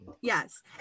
Yes